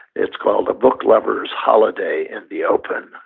it's called a book lover's holiday in the open,